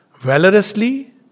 valorously